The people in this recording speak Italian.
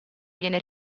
viene